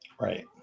right